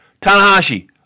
Tanahashi